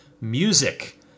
music